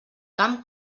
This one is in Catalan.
camp